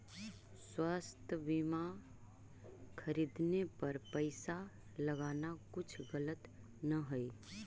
स्वास्थ्य बीमा खरीदने पर पैसा लगाना कुछ गलत न हई